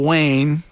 Wayne